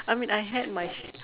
I mean I had my sh~